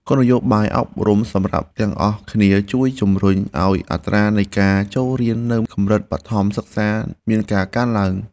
គោលនយោបាយអប់រំសម្រាប់ទាំងអស់គ្នាជួយជំរុញឱ្យអត្រានៃការចូលរៀននៅកម្រិតបឋមសិក្សាមានការកើនឡើង។